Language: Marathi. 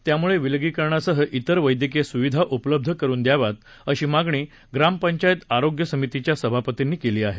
त्यामुळे विलगीकरणासह तेर वैद्यकीय सुविधा उपलब्ध करून द्याव्यात अशी मागणी ग्राम पंचायत आरोग्य समितीच्या सभापतींनी केली आहे